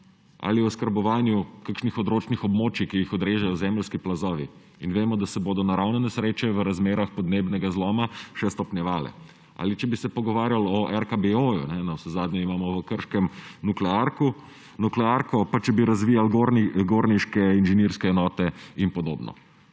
ali oskrbovanju kakšnih odročnih območij, ki jih odrežejo zemeljski plazovi – vemo, da se bodo naravne nesreče v razmerah podnebnega zloma še stopnjevale. Ali če bi se pogovarjali o RKBO, navsezadnje imamo v Krškem nuklearko, pa če bi razvijali gorniške inženirske enote in podobno.